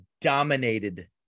dominated